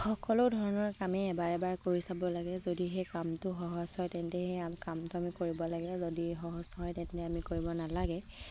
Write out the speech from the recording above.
সকলো ধৰণৰ কামেই এবাৰ এবাৰ কৰি চাব লাগে যদি সেই কামটো সহজ হয় তেন্তে সেই কামটো আমি কৰিব লাগে যদি সহজ নহয় তেন্তে আমি কৰিব নালাগে